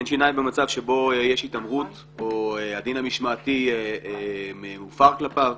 אין שיניים במצב שבו יש התעמרות או הדין המשמעתי הופר כלפיו,